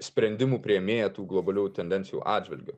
sprendimų priėmėja tų globalių tendencijų atžvilgiu